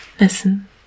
listen